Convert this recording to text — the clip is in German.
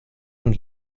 und